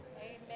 Amen